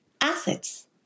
assets